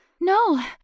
No